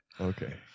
okay